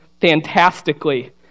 fantastically